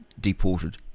deported